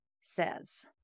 says